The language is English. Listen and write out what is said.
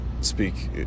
speak